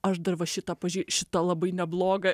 aš dar va šitą pažiek šita labai nebloga